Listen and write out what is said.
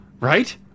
Right